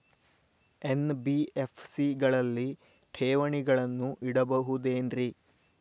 NBFC ಗಳಲ್ಲಿ ಠೇವಣಿಗಳನ್ನು ಇಡಬಹುದೇನ್ರಿ?